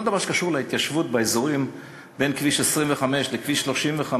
בכל דבר שקשור להתיישבות באזורים שבין כביש 25 לכביש 35,